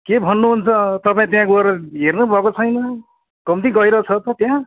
के भन्नुहुन्छ तपाईँ त्यहाँ गएर हेर्नु भएको छैन कम्ती गहिरो छ त त्यहाँ